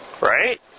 right